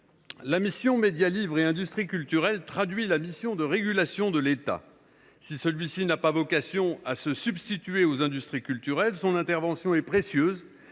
la mission « Médias, livre et industries culturelles » traduit la mission de régulation de l’État. Si celui ci n’a pas vocation à se substituer aux industries culturelles, son intervention est précieuse